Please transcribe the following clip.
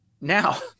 Now